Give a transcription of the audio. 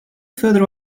further